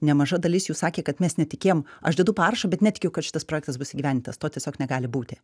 nemaža dalis jų sakė kad mes netikėjom aš dedu parašą bet netikiu kad šitas projektas bus įgyvendintas to tiesiog negali būti